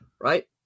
right